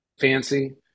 fancy